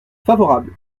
favorable